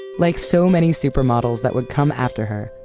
and like so many supermodels that would come after her,